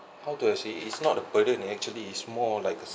how do I say it's not a burden actually it's more like a